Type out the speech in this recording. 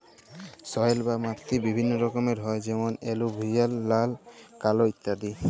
soil বা মাটি বিভিল্য রকমের হ্যয় যেমন এলুভিয়াল, লাল, কাল ইত্যাদি